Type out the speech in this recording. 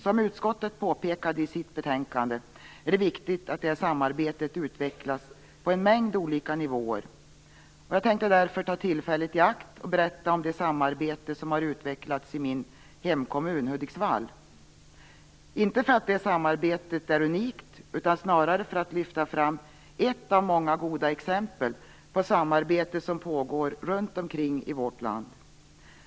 Som utskottet påpekade i sitt betänkande är det viktigt att det samarbetet utvecklas på en mängd olika nivåer. Jag tänkte därför ta tillfället i akt och berätta om det samarbete som har utvecklats i min hemkommun Hudiksvall - inte för att det samarbetet är unikt utan snarare för att lyfta fram ett av många goda exempel på det samarbete som pågår runt omkring i vårt land.